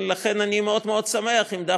ולכן, אני הייתי מאוד מאוד שמח אם דווקא,